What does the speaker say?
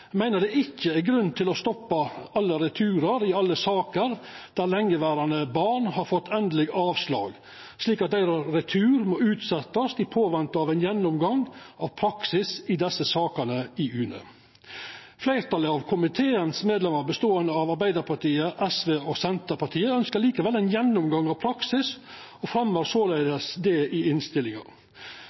meiner det ikkje er grunn til å stoppa alle returar i alle saker der lengeverande barn har fått endeleg avslag, slik at returen deira må utsetjast medan me ventar på ei gjennomgang av praksis i desse sakene i UNE. Fleirtalet av medlemene i komiteen, beståande av Arbeidarpartiet, SV og Senterpartiet, ynskjer likevel ei gjennomgang av praksis og fremjar såleis det i innstillinga. Stortingsfleirtalet meiner det ikkje er nødvendig, og innstillinga